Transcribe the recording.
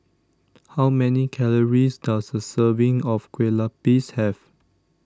how many calories does a serving of Kueh Lapis have